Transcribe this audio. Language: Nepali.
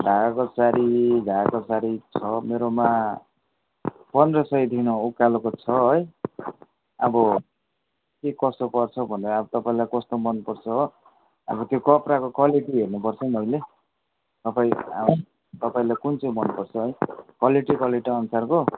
ढाकाको साडी ढाकाको साडी छ मेरोमा पन्ध्र सौदेखि उकालोको छ है अब के कसो पर्छ भन्दा तपाईँलाई कस्तो मनपर्छ अब त्यो कपडाको क्वालिटी हेर्नुपर्छ मैले तपाईँ तपाईँलाई कुन चाहिँ मनपर्छ है क्वालिटी क्वालिटी अनुसारको